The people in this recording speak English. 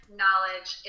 knowledge